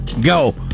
Go